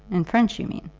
in french you mean?